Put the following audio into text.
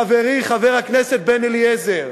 חברי חבר הכנסת בן-אליעזר,